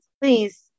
please